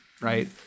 right